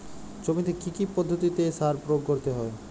জমিতে কী কী পদ্ধতিতে সার প্রয়োগ করতে হয়?